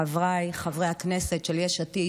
חבריי חברי הכנסת של יש עתיד,